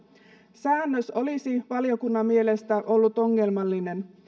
säännös olisi valiokunnan mielestä ollut ongelmallinen